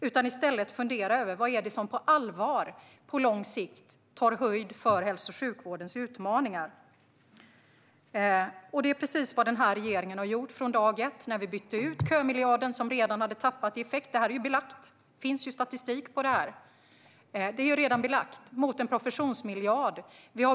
Vi måste fundera över vad det är som på allvar och på lång sikt tar höjd för hälso och sjukvårdens utmaningar. Det är precis vad denna regering har gjort från dag ett. Vi bytte ut kömiljarden, som redan hade tappat i effekt - det är belagt; det finns statistik på detta - mot en professionsmiljard.